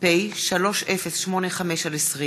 פ/3085/20